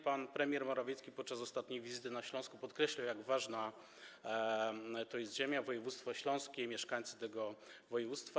Pan premier Morawiecki podczas ostatniej wizyty na Śląsku podkreślał, jak ważna to jest ziemia, województwo śląskie i mieszkańcy tego województwa.